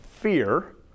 fear